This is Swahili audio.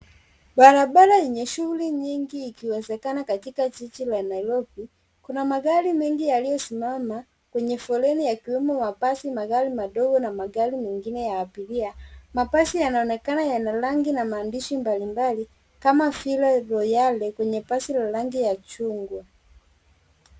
Barabara enye shuguli nyingi ikiwezekana katika jiji la Nairobi, kuna magari mengi yaliyosimama kwenye foleni yakiweo mabasi, magari madogo na magari mengine ya abiria. Mabasi yanaonekana yana rangi na maandishi mbalimbali kama vile royale kwenye basi la rangi ya chungwa.